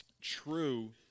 true